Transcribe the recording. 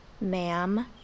Ma'am